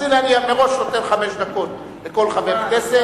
אז מראש אני נותן חמש דקות לכל חבר כנסת,